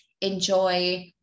enjoy